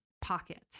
pocket